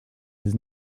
his